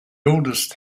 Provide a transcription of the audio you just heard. oldest